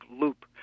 loop